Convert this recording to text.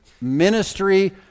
ministry